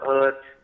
earth